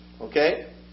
Okay